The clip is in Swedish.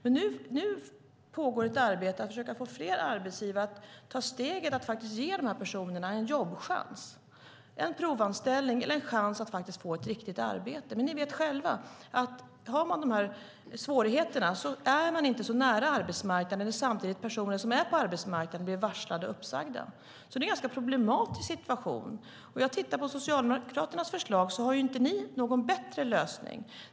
Nu pågår ett arbete för att försöka få fler arbetsgivare att ta steget att ge de här personerna en jobbchans, en provanställning eller en chans att få ett riktigt arbete. Men ni vet själva att om man har de här svårigheterna är man inte så nära arbetsmarknaden när det samtidigt är personer på arbetsmarknaden som blir varslade och uppsagda, så det är en ganska problematisk situation. Jag har tittat på Socialdemokraternas förslag, och ni har inte någon bättre lösning.